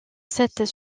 sept